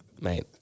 Mate